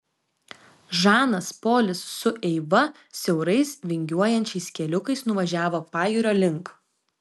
žanas polis su eiva siaurais vingiuojančiais keliukais nuvažiavo pajūrio link